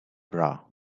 bra